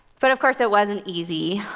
but, of course, it wasn't easy.